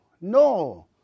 No